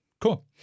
Cool